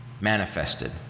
manifested